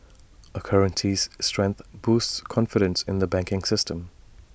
A currency's strength boosts confidence in the banking system